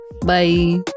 bye